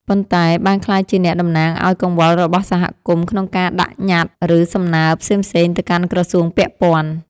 ប៉ុន្តែបានក្លាយជាអ្នកតំណាងឱ្យកង្វល់របស់សហគមន៍ក្នុងការដាក់ញត្តិ ឬសំណើផ្សេងៗទៅកាន់ក្រសួងពាក់ព័ន្ធ។